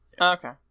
okay